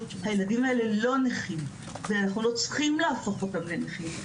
הילדים האלה לא נכים ואנחנו לא צריכים להפוך אותם לנכים,